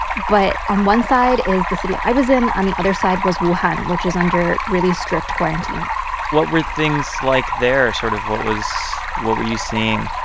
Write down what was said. but on one side is the city i was in. on the other side was wuhan, which is under really strict quarantine what were things like there? sort of what was what were you seeing?